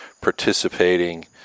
participating